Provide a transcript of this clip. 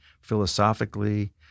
philosophically